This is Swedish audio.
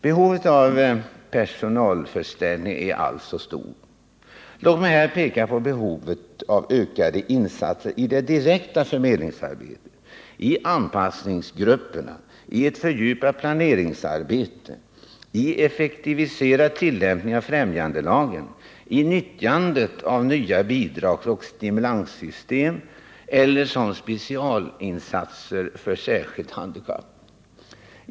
Behovet av personalförstärkning är alltså stort. Låt mig här peka på behovet av ökade insatser i det direkta förmedlingsarbetet, i anpassningsgrupperna, i ett fördjupat planeringsarbete, i effektiviserad tillämpning av främjandelagen, i nyttjandet av nya bidragsoch stimulanssystem eller som specialinsatser för särskilda handikapp.